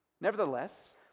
Nevertheless